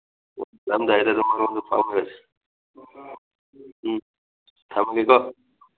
ꯆꯠꯂꯝꯗꯥꯏꯗ ꯑꯗꯨꯝ ꯃꯔꯣꯜꯗꯣ ꯐꯥꯎꯅꯔꯁꯤ ꯎꯝ ꯊꯝꯃꯒꯦꯀꯣ